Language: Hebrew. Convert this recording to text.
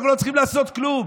אנחנו לא צריכים לעשות כלום.